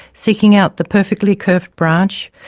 seeking out the perfectly curved branch,